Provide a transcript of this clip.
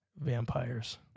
Vampires